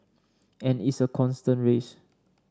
and it's a constant race